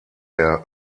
der